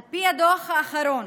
על פי הדוח האחרון